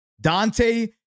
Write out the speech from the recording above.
Dante